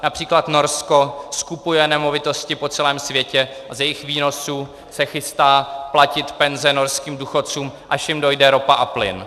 Například Norsko skupuje nemovitosti po celém světě a z jejich výnosů se chystá platit penze norským důchodcům, až jim dojde ropa a plyn.